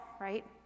right